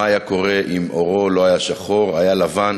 מה היה קורה אם עורו לא היה שחור, היה לבן?